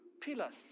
pillars